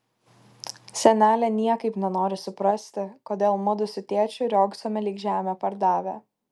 senelė niekaip nenori suprasti kodėl mudu su tėčiu riogsome lyg žemę pardavę